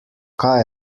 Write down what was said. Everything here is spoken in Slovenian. kaj